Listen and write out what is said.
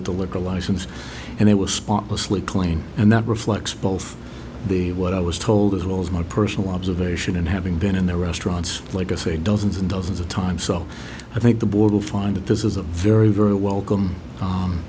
with the liquor license and it was spotlessly clean and that reflects both the what i was told as well as my personal observation and having been in the restaurants like i say dozens and dozens of times so i think the board will find that this is a very very welcome